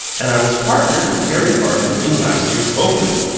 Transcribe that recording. and i was partnered with harry vardon in last year's open.